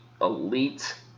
elite